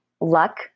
luck